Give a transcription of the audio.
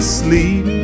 sleep